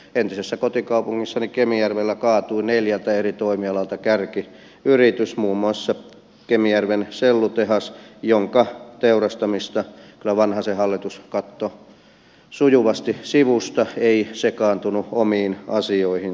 entisessä kotikaupungissani kemijärvellä kaatui neljältä eri toimialalta kärkiyritys muun muassa kemijärven sellutehdas jonka teurastamista kyllä vanhasen hallitus katsoi sujuvasti sivusta ei sekaantunut omiin asioihinsa